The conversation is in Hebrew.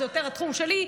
זה יותר התחום שלי,